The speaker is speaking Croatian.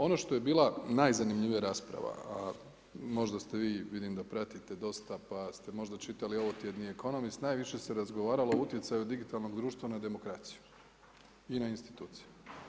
Ono što je bila najzanimljivija rasprava, a možda ste vi vidim da pratite dosta pa ste možda čitali ovotjedni Economist, najviše se razgovaralo o utjecaju digitalnog društva na demokraciju i na institucije.